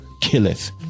killeth